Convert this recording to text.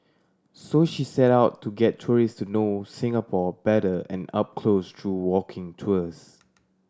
so she set out to get tourists to know Singapore better and up close through walking tours